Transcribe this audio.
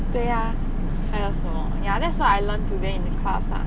对啊还有什么 ya that's what I learnt today in the class ah